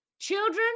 children